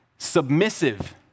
Submissive